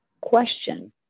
Question